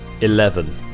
Eleven